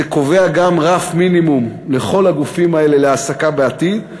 זה קובע גם רף מינימום לכל הגופים האלה להעסקה בעתיד.